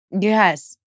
Yes